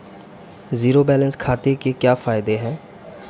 Zero balance खाते के क्या फायदे हैं?